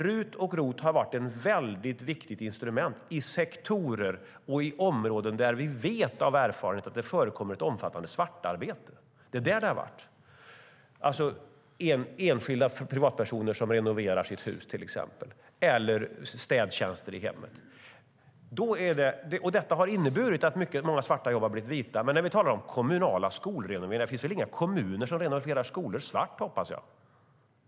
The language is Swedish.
ROT och RUT har varit viktiga instrument i sektorer och på områden där vi av erfarenhet vet att det förekommer ett omfattande svartarbete, till exempel när privatpersoner renoverar hus eller har städtjänster i hemmet, och det har inneburit att många svarta jobb har blivit vita. Men det finns väl inga kommuner som renoverar skolor svart, hoppas jag.